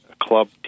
club